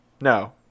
No